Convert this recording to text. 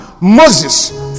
Moses